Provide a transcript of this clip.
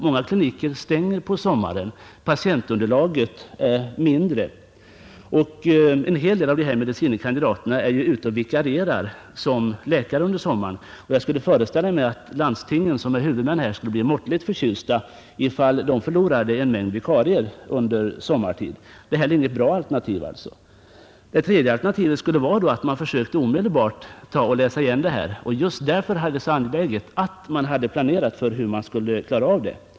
Många kliniker stänger på sommaren, patientunderlaget är mindre, och en hel del av de medicine kandidaterna är dessutom ute och vikarierar som läkare under sommaren. Jag skulle föreställa mig att landstingen, som är huvudmän, skulle bli måttligt förtjusta ifall de förlorade en mängd vikarier under sommartid. Det är alltså inte heller något bra alternativ. Det tredje alternativet skulle vara att de studerande omedelbart försökte läsa igen. Just därför hade det varit så angeläget att det hade planerats för hur man skulle klara av detta.